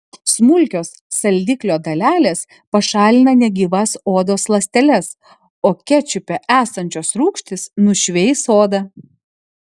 smulkios saldiklio dalelės pašalina negyvas odos ląsteles o kečupe esančios rūgštys nušveis odą